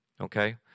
Okay